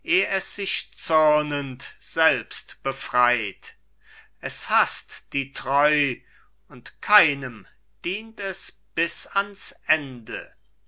sich zürnend selbst befreit es haßt die treu und keinem dient es bis ans ende